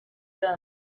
done